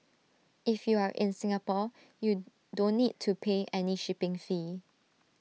if you are in Singapore you don't need to pay any shipping fee